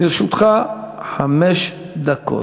לרשותך חמש דקות.